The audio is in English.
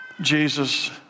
Jesus